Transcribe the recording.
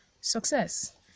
success